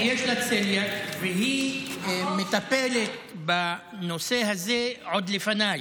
כי יש לה צליאק, והיא מטפלת בנושא הזה עוד לפניי.